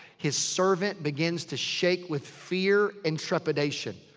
his servant begins to shake with fear and trepidation.